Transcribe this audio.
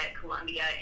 Columbia